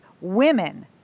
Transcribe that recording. women